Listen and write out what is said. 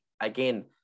again